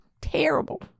Terrible